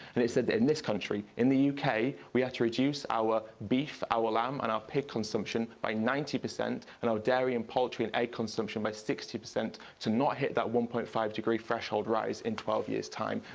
and it said that in this country, in the yeah uk, we have to reduce our beef, our lamb, and our pig consumption by ninety percent, and our dairy and poultry and egg consumption by sixty percent, to not hit that one point five degree threshold rise in twelve years' time.